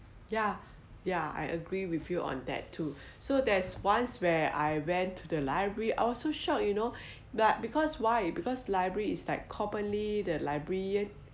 yeah yeah I agree with you on that too so there's once where I went to the library I also shocked you know but because why because library is like commonly the librarian